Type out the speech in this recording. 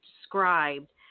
described